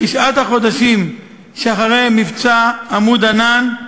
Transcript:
בתשעת החודשים שאחרי מבצע "עמוד ענן"